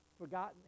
Forgotten